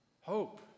Hope